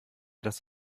dass